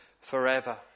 forever